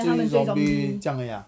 追 zombie 这样而已啊